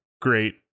great